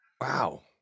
Wow